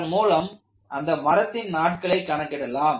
இதன் மூலம் அந்த மரத்தின் நாட்களை கணக்கிடலாம்